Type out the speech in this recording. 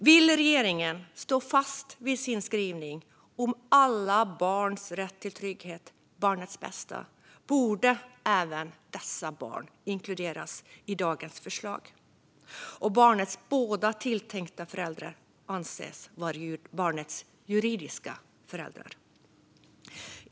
Vill regeringen stå fast vid sin skrivning om alla barns rätt till trygghet - barnets bästa - borde även dessa barn inkluderas i dagens förslag och barnets båda tilltänkta föräldrar anses vara barnets juridiska föräldrar.